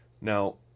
Now